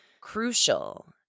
crucial